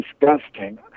disgusting